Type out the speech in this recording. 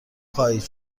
خواهید